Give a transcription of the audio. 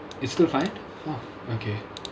it's still fine !wah! okay